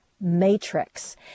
matrix